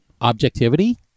objectivity